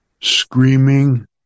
screaming